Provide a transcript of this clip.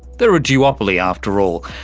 they're a duopoly after all,